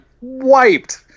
wiped